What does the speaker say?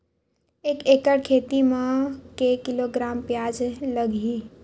एक एकड़ खेती म के किलोग्राम प्याज लग ही?